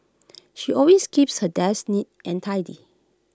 she always keeps her desk neat and tidy